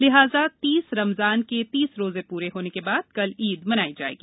लिहाजा रमजान के तीस रोजे पूरे होने के बाद कल ईद मनाई जाएगी